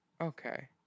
Okay